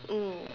mm